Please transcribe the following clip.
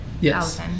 Yes